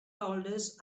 boulders